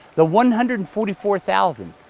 the one hundred and forty four thousand,